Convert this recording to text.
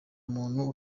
muntu